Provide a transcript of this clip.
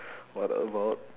what about